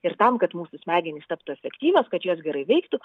ir tam kad mūsų smegenys taptų efektyvios kad jos gerai veiktų